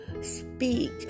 speak